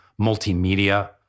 multimedia